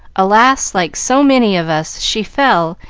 alas! like so many of us, she fell,